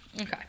okay